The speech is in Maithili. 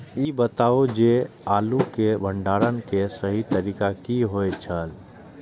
ई बताऊ जे आलू के भंडारण के सही तरीका की होय छल?